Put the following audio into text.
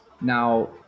Now